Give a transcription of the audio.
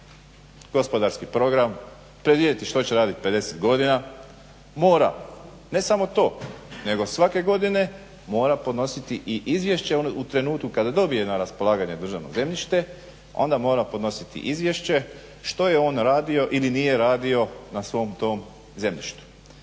gospodarski program, predvidjeti što će raditi 50 godina, ne samo to nego svake godine mora podnositi i izvješće u trenutku kada dobije na raspolaganje državno zemljište onda mora podnositi izvješće što je on radio ili nije radio na svom tom zemljištu.